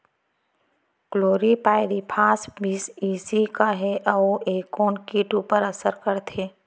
Chlorpyrifos बीस CE का हे अऊ ए कोन किट ऊपर असर करथे?